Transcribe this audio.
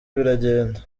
biragenda